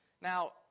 Now